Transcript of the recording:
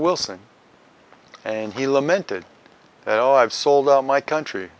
wilson and he lamented oh i've sold out my country